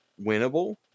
winnable